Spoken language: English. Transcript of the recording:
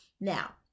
Now